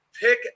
pick